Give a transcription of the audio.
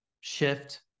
shift